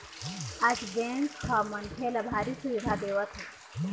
आज बेंक ह मनखे ल भारी सुबिधा देवत हे